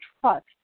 trust